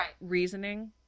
reasoning